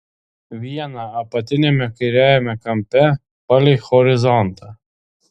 viena apatiniame kairiajame kampe palei horizontą